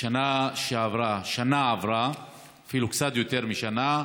בשנה שעברה, אפילו קצת יותר משנה,